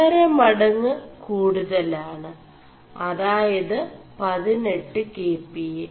5 മടÆ് കൂടുതലാണ് അതായത് 18 kPa